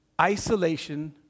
isolation